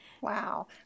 wow